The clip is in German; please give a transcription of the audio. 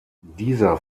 dieser